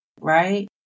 right